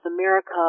America